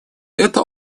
это